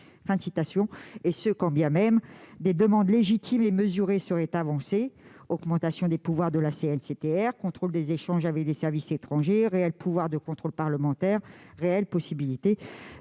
et cela quand bien même des demandes légitimes et mesurées seraient avancées, comme l'augmentation des pouvoirs de la CNCTR, le contrôle des échanges avec des services étrangers, la garantie d'un réel pouvoir de contrôle parlementaire ou la possibilité